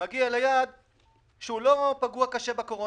מגיע ליעד שלא נפגע קשה בקורונה.